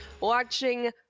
watching